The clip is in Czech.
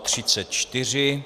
34.